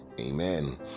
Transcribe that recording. amen